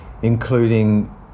including